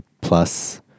plus